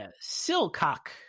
Silcock